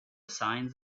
signs